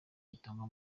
bitangwa